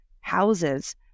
houses